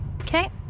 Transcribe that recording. Okay